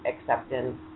acceptance